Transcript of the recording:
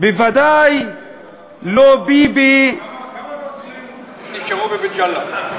בוודאי לא ביבי, כמה נוצרים נשארו בבית-ג'אלה?